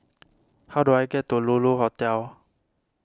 how do I get to Lulu Hotel